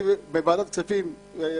בוועדת הכספים היה הנציב,